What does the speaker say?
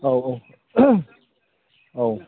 औ औ औ